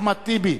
אחמד טיבי,